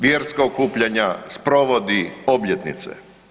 Vjerska okupljanja, sprovodi, obljetnice.